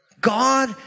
God